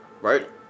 right